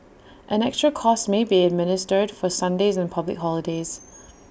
an extra cost may be administered for Sundays and public holidays